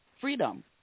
freedom